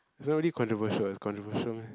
it's already controversial is controversial meh